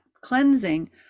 cleansing